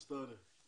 אז תענה.